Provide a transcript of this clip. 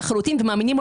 אנחנו דנים בפרק ט',